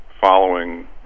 following